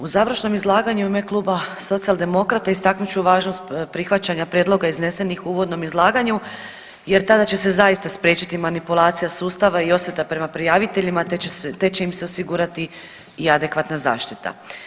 U završnom izlaganju u ime Kluba Socijaldemokrata istaknut ću važnost prihvaćanja prijedloga iznesenih u uvodnom izlaganju jer tada će se zaista spriječiti manipulacija sustava i osveta prema prijaviteljima, te će im se osigurati i adekvatna zaštita.